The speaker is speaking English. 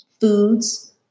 foods